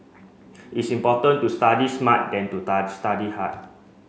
it's important to study smart than to study high